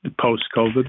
post-COVID